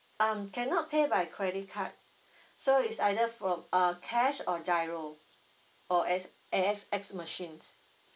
um cannot pay by credit card so it's either from uh cash or giro or A~ A_X_S machines